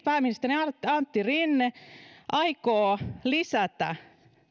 pääministeri antti rinne aikoo lisätä